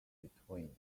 between